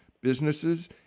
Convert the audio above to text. businesses